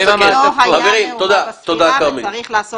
לא הייתה מהומה בספירה וצריך לעשות הפרדה.